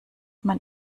man